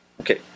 Okay